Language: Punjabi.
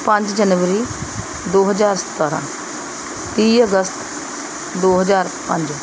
ਪੰਜ ਜਨਵਰੀ ਦੋ ਹਜ਼ਾਰ ਸਤਾਰਾਂ ਤੀਹ ਅਗਸਤ ਦੋ ਹਜ਼ਾਰ ਪੰਜ